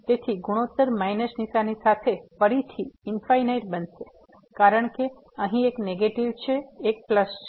તેથી ગુણોત્તર માઈનસ નીશાની સાથે ફરીથી ઇન્ફાઈનાઈટ બનશે કારણકે અહીં એક નેગેટીવ છે એક પ્લસ છે